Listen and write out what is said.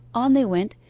on they went,